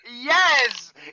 Yes